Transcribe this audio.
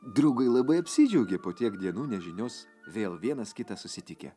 draugai labai apsidžiaugė po tiek dienų nežinios vėl vienas kitą susitikę